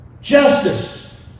Justice